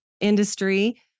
industry